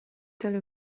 tale